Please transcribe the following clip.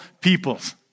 peoples